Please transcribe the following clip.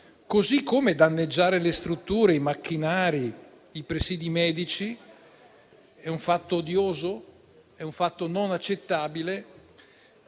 modo, danneggiare le strutture, i macchinari e i presìdi medici è un fatto odioso e non accettabile,